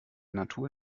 natur